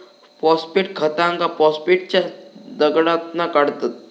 phosphate खतांका फॉस्फेटच्या दगडातना काढतत